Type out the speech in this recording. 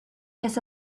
his